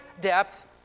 depth